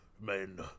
men